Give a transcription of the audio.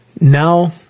Now